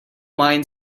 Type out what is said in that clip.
mind